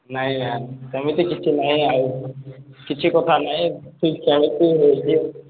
ନାଇଁ ମ୍ୟାମ୍ ସେମିତି କିଛି ନାଇଁ ଆଉ କିଛି କଥା ନାଇଁ ଠିକ୍ ସେମିତି